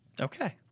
Okay